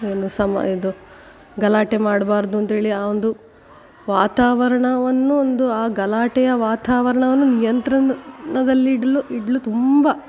ಏನು ಸಮ ಇದು ಗಲಾಟೆ ಮಾಡ್ಬಾರದು ಅಂತ್ಹೇಳಿ ಆ ಒಂದು ವಾತಾವರಣವನ್ನು ಒಂದು ಆ ಗಲಾಟೆಯ ವಾತಾವರಣವನ್ನು ನಿಯಂತ್ರಣದಲ್ಲಿ ಇಡಲು ಇಡಲು ತುಂಬ